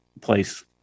place